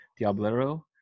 Diablero